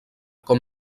com